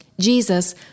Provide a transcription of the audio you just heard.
Jesus